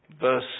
Verse